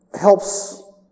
helps